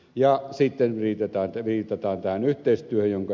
ja sitten viitataan tähän yhteistyöhön jonka ed